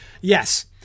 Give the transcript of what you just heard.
Yes